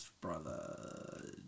brother